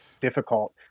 difficult